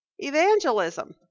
evangelism